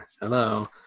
Hello